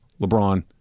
LeBron